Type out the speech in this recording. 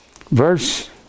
Verse